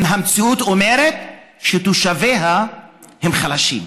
אם המציאות אומרת שתושביה הם חלשים.